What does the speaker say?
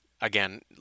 again